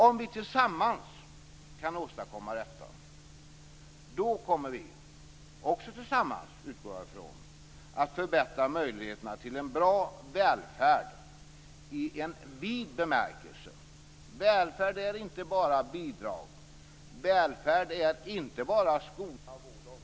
Om vi tillsammans kan åstadkomma detta kommer vi, också tillsammans utgår jag ifrån, att förbättra möjligheterna till en bra välfärd i en vid bemärkelse. Välfärd är inte bara bidrag. Välfärd är inte bara skola, vård och omsorg. Det är mera.